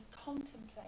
contemplate